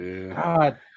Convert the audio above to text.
God